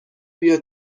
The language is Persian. بیا